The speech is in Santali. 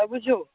ᱵᱩᱡᱷᱟᱹᱣ